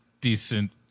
decent